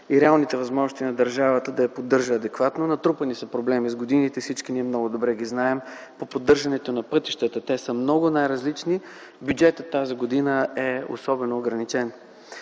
и реалните възможности на държавата да я поддържа адекватно. Натрупани са проблеми с годините и всички ние много добре ги знаем. По поддържането на пътищата те са много и най-различни. Бюджетът тази година е особено ограничен.